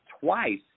twice